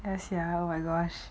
yes ya oh my gosh